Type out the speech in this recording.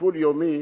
לטיפול יומי